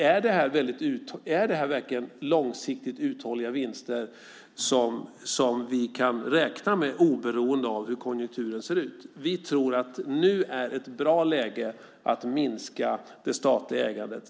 Är det verkligen långsiktigt uthålliga vinster som vi kan räkna med, oberoende av hur konjunkturen ser ut? Vi tror att nu är det ett bra läge att minska det statliga ägandet.